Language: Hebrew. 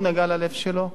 מאוד נגע ללב שלו.